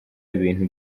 ibintu